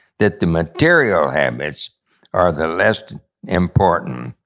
that the material habits are the less important.